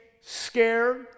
scared